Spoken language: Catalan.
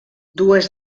dues